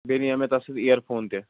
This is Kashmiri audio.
بیٚیہِ نِیو مےٚ تَتھ سۭتۍ اِیَر فون تہِ